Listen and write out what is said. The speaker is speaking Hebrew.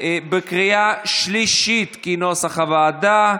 בקריאה שלישית כנוסח הוועדה.